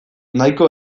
nahiko